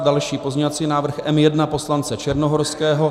Další pozměňovací návrh M1 poslance Černohorského.